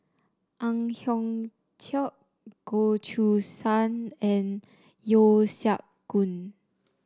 Ang Hiong Chiok Goh Choo San and Yeo Siak Goon